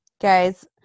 guys